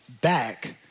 Back